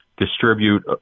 distribute